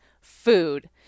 food